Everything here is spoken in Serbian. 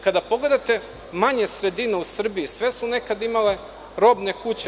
Kada pogledate manje sredine u Srbiji, sve su one imale robne kuće.